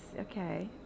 okay